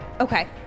Okay